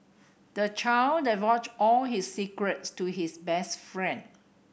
the child divulged all his secrets to his best friend